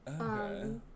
Okay